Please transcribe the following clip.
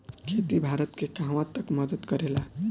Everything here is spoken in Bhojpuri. खेती भारत के कहवा तक मदत करे ला?